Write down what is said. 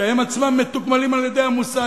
שהם עצמם מתוגמלים על-ידי המוסד,